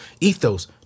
ethos